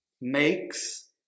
makes